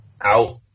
Out